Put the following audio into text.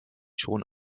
schon